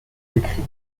écrit